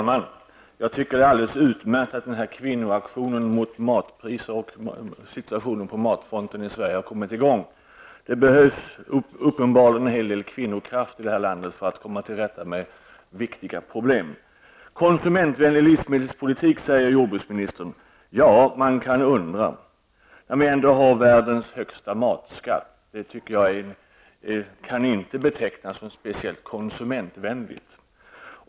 Herr talman! Det är alldeles utmärkt att denna kvinnoaktion mot matpriserna och situationen på matfronten i Sverige har kommit i gång. Det behövs uppenbarligen en hel del kvinnokraft i detta land för att komma till rätta med viktiga problem. Konsumentvänlig livsmedelspolitik, säger jordbruksministern. Ja, man kan undra. Vi har ju världens högsta matskatt, och det tycker jag inte kan betecknas som speciellt konsumentvänligt.